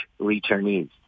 returnees